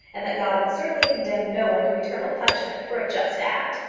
and that god would certainly condemn no one to eternal punishment for a just act.